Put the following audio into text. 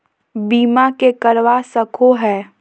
बीमा के करवा सको है?